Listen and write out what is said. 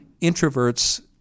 Introverts